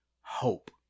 hope